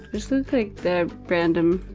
just look like they're random